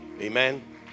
amen